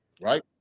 right